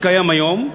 התשע"ג 2013,